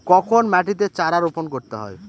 কখন মাটিতে চারা রোপণ করতে হয়?